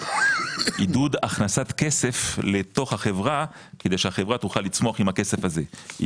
עידוד הכנסת כסף לתוך החברה כדי שהחברה תוכל לצמוח עם הכסף הזה,